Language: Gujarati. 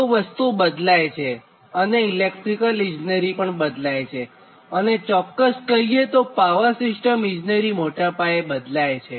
તો વસ્તુ બદલાય છે અને ઇલેક્ટ્રીકલ ઇજનેરી પણ બદલાય છે અને ચોક્ક્સ કહીએતો પાવર સિસ્ટમ ઇજનેરી એ ઘણા મોટા પાયે બદલાય છે